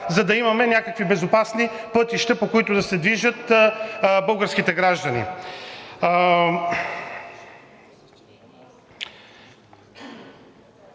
за да имаме някакви безопасни пътища, по които да се движат българските граждани.